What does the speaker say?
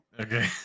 Okay